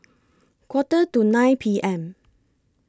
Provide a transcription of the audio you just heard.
Quarter to nine P M